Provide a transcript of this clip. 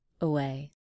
away